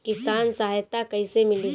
किसान सहायता कईसे मिली?